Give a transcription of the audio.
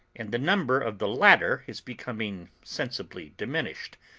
and the number of the latter is becoming sensibly diminished,